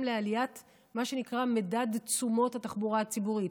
לעליית מה שנקרא מדד תשומות התחבורה הציבורית,